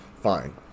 Fine